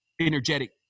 energetic